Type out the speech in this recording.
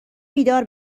بیدار